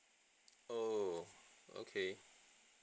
oh okay